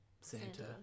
Santa